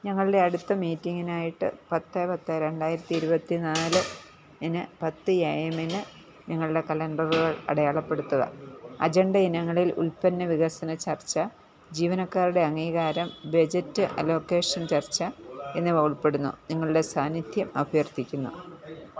ഞങ്ങളുടെ അടുത്ത മീറ്റിംഗിനായിട്ട് പത്ത് പത്ത് രണ്ടായിരത്തി ഇരുപത്തി നാല് ഇന് പത്ത് എ എമ്മിന് നിങ്ങളുടെ കലണ്ടറുകൾ അടയാളപ്പെടുത്തുക അജണ്ട ഇനങ്ങളിൽ ഉൽപ്പന്ന വികസന ചർച്ച ജീവനക്കാരുടെ അംഗീകാരം ബജറ്റ് അലോക്കേഷൻ ചർച്ച എന്നിവ ഉൾപ്പെടുന്നു നിങ്ങളുടെ സാന്നിധ്യം അഭ്യർത്ഥിക്കുന്നു